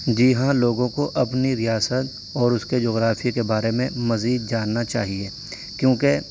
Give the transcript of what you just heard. جی ہاں لوگوں کو اپنی ریاست اور اس کے جغرافیے کے بارے میں مزید جاننا چاہیے کیوں کہ